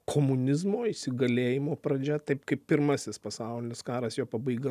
komunizmo įsigalėjimo pradžia taip kaip pirmasis pasaulinis karas jo pabaiga